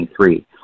2023